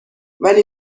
ولی